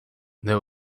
there